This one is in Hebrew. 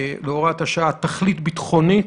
להוראת השעה תכלית ביטחונית,